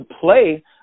play